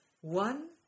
one